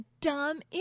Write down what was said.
dumb